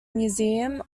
museum